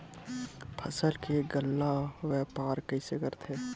फसल के गल्ला व्यापार कइसे करथे?